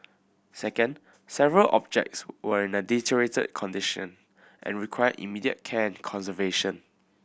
second several objects were in a deteriorated condition and required immediate care and conservation